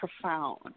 profound